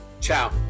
Ciao